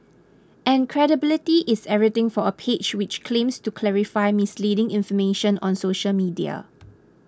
and credibility is everything for a page which claims to clarify misleading information on social media